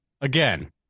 again